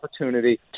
opportunity